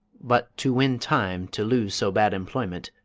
but to win time to lose so bad employment,